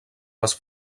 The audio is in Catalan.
les